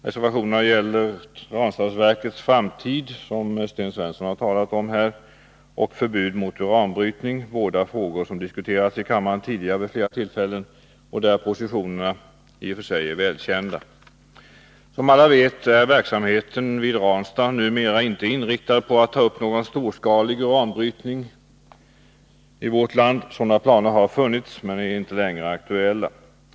Reservationerna gäller Ranstadsverkets framtid, som Sten Svensson talat om här, och förbud mot uranbrytning, båda frågor som diskuterats i kammaren tidigare vid flera tillfällen och där positionerna i och för sig är välkända. Som alla vet är verksamheten vid Ranstad numera inte inriktad på att ta upp någon storskalig uranbrytning i vårt land. Sådana planer har funnits men är inte längre aktuella.